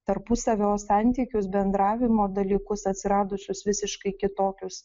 tarpusavio santykius bendravimo dalykus atsiradusius visiškai kitokius